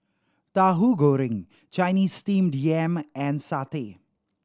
Tauhu Goreng Chinese Steamed Yam and satay